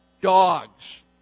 dogs